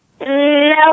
No